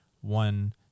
one